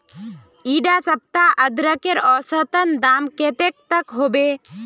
इडा सप्ताह अदरकेर औसतन दाम कतेक तक होबे?